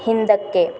ಹಿಂದಕ್ಕೆ